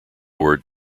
word